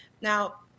Now